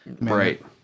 right